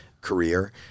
career